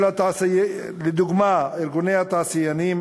לדוגמה ארגוני התעשיינים,